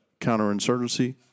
counterinsurgency